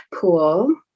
pool